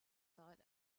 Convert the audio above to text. thought